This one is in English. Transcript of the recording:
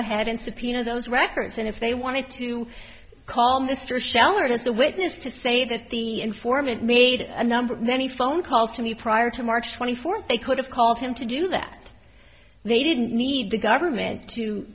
ahead and subpoena those records and if they wanted to call mr sheller as a witness to say that the informant made a number of many phone calls to me prior to march twenty fourth they could have called him to do that they didn't need the government to